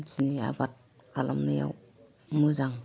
मानसिनि आबाद खालामनायाव मोजां